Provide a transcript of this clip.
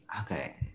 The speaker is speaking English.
okay